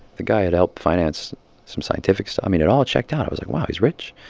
the guy had helped finance some scientific so i mean, it all checked out. i was like, wow. he's rich.